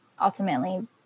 ultimately